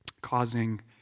causing